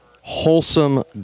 wholesome